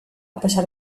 pesar